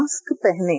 mask पहनें